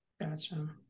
gotcha